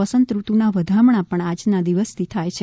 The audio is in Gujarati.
વસંતઋતુના વધામણાં પણ આજના દિવસેથી થાય છે